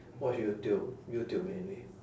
watch youtube youtube mainly